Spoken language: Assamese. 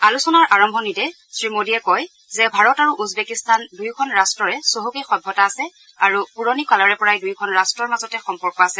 আলোচনাৰ আৰম্ভণিতে শ্ৰী মোডীয়ে কয় যে ভাৰত আৰু উজবেকিস্তান দুয়োখন ৰাষ্টৰে চহকী সভ্যতা আছে আৰু পুৰণি কালৰে পৰাই দুয়োখন ৰাট্টৰ মাজতে সম্পৰ্ক আছে